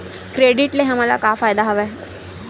Credit ले हमन ला का फ़ायदा हवय?